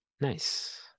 Nice